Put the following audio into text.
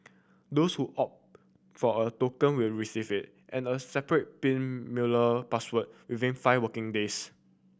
those who opt for a token will receive it and a separate pin mailer password within five working days